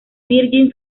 virgin